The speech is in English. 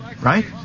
right